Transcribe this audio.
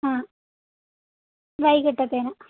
ആ വൈകീട്ടത്തേതിന്